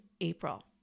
April